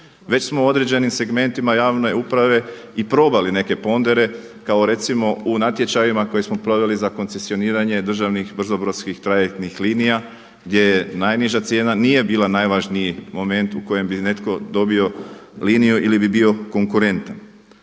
Već smo u određenim segmentima javne uprave i probali neke pondere kao recimo u natječajima koje smo proveli za koncesioniranje državnih brzo brodskih trajektnih linija gdje je najniža cijena nije bila najvažniji moment u kojem bi netko dobio liniju ili bi bio konkurentan.